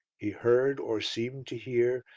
he heard, or seemed to hear,